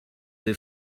des